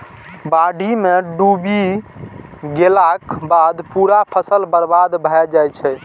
बाढ़ि मे डूबि गेलाक बाद पूरा फसल बर्बाद भए जाइ छै